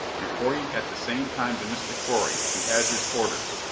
reporting at the same time to mr. correy, who has his orders.